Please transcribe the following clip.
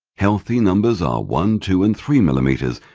healthy numbers are one, two, and three millimeters.